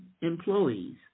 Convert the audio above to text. employees